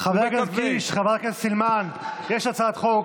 חבר הכנסת קיש, חברת הכנסת סילמן, יש הצעת חוק.